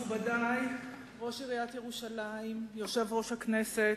מכובדי, ראש עיריית ירושלים, יושב-ראש הכנסת,